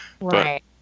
Right